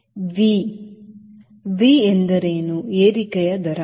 Vv ಎಂದರೆ ಏರಿಕೆಯ ದರ